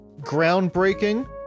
groundbreaking